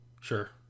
Sure